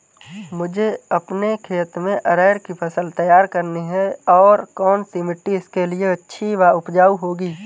मुझे अपने खेत में अरहर की फसल तैयार करनी है और कौन सी मिट्टी इसके लिए अच्छी व उपजाऊ होगी?